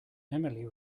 emily